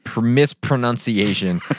mispronunciation